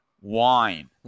Wine